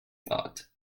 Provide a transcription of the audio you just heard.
thought